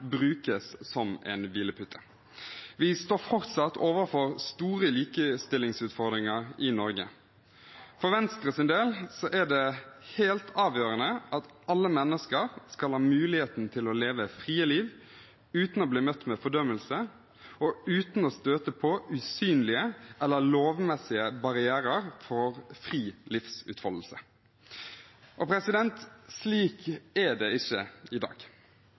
brukes som en hvilepute. Vi står fortsatt overfor store likestillingsutfordringer i Norge. For Venstres del er det helt avgjørende at alle mennesker skal ha muligheten til å leve et fritt liv, uten å bli møtt med fordømmelse og uten å støte på usynlige eller lovmessige barrierer for fri livsutfoldelse. Slik er det ikke i dag.